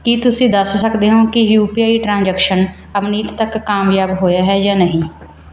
ਕੀ ਤੁਸੀਂਂ ਦੱਸ ਸਕਦੇ ਹੋ ਕਿ ਯੂ ਪੀ ਆਈ ਟਰਾਂਜੈਕਸ਼ਨ ਅਵਨੀਤ ਤੱਕ ਕਾਮਯਾਬ ਹੋਇਆ ਹੈ ਜਾਂ ਨਹੀਂ